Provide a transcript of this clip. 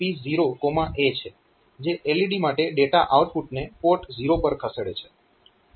જે LED માટે data આઉટપુટને P0 પર ખસેડે છે